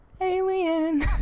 Alien